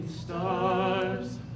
stars